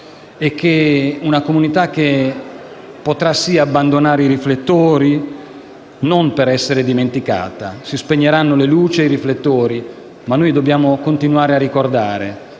di una comunità più forte, che potrà abbandonare i riflettori, ma non certo per essere dimenticata. Si spegneranno le luci e i riflettori, ma dobbiamo continuare a ricordare